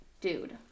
Dude